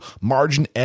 margin